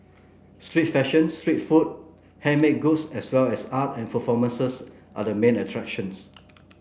street fashion street food handmade goods as well as art and performances are the main attractions